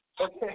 Okay